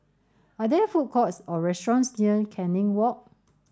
are there food courts or restaurants near Canning Walk